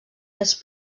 més